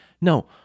No